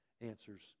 answers